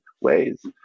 ways